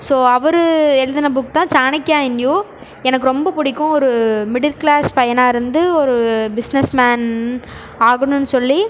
so அவர் எழுதின book தான் சாணக்யா இன் யூ எனக்கு ரொம்ப பிடிக்கும் ஒரு மிடில் க்ளாஸ் பையனாக இருந்து ஒரு பிஸ்னஸ் மேன் ஆகணும்ன்னு சொல்லி